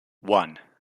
one